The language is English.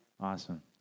Awesome